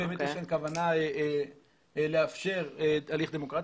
אם יש כוונה לאפשר הליך דמוקרטי.